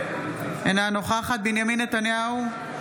אינה נוכחת בנימין נתניהו,